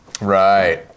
Right